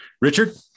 Richard